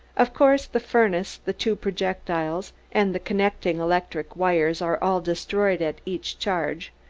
of course the furnace, the two projectiles and the connecting electric wires are all destroyed at each charge,